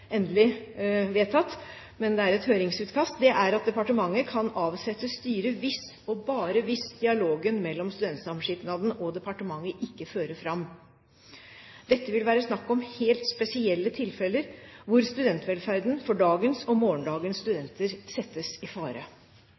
endelig vedtatt, men det er et høringsutkast – er at departementet kan avsette styret hvis, og bare hvis, dialogen mellom studentsamskipnaden og departementet ikke fører fram. Dette vil være snakk om helt spesielle tilfeller hvor studentvelferden for dagens og morgendagens studenter settes i fare.